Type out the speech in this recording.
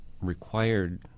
required